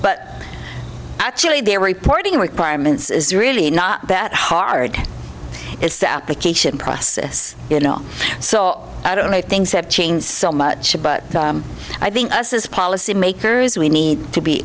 but actually they're reporting requirements is really not that hard it's the application process you know so i don't know if things have changed so much but i think this is policymakers we need to be